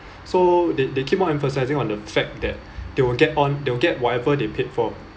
so they they keep on emphasising on the fact that they will get on they'll get whatever they paid for